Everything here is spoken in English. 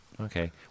Okay